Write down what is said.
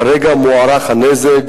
כרגע מוערך הנזק